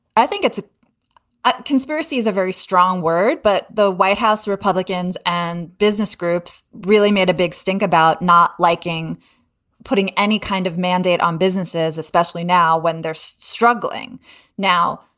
i think it's a conspiracy is a very strong word. but the white house republicans and business groups really made a big stink about not liking putting any kind of mandate on businesses, especially now when they're so struggling now.